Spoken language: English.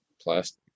plastic